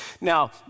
Now